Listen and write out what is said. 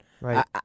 Right